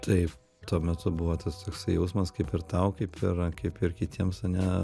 taip tuo metu buvo tas toksai jausmas kaip ir tau kaip ir kaip ir kitiems ane